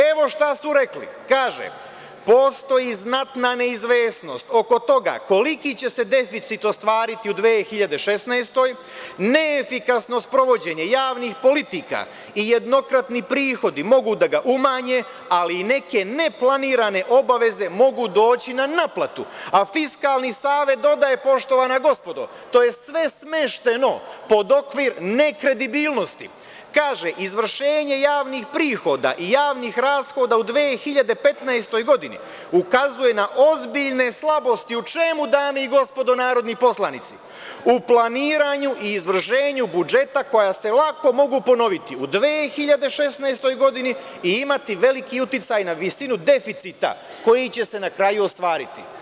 Evo šta su rekli, kaže – postoji znatna neizvesnost oko toga koliki će se deficit ostvariti u 2016. godini, neefikasno sprovođenje javnih politika i jednokratni prihodi mogu da ga umanje, ali i neke ne planirane obaveze mogu doći na naplatu, a Fiskalni savet dodaje, poštovana gospodo, to je sve smešteno pod okvir nekredibilnosti, kaže – izvršenje javnih prihoda i javnih rashoda u 2015. godini ukazuje na ozbiljne slabosti, u čemu, dame i gospodo narodni poslanici, u planiranju i izvršenju budžeta koja se lako mogu ponoviti u 2016. godini i imati veliki uticaj na visinu deficita koji će se na kraju ostvariti.